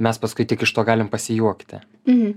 mes paskui tik iš to galim pasijuokti